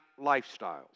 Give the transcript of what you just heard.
lifestyles